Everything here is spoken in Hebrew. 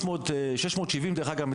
דרך אגב,